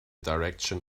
direction